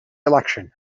election